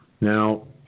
Now